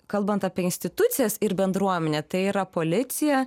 kalbant apie institucijas ir bendruomenę tai yra policija